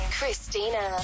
Christina